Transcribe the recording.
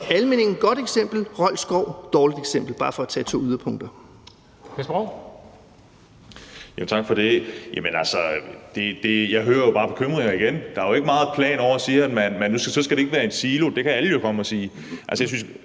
er et godt eksempel, Rold Skov er et dårligt eksempel – bare for at tage to yderpunkter.